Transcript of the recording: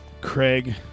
Craig